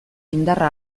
indarra